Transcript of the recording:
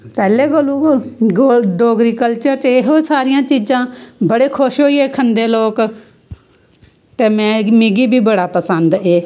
पैह्ले कोलूं गै डोगरी कल्चर च एहो सारियां चीजां बड़े खुश होईयै खंदे लोक ते मिगी बी बड़ा पसंद एह्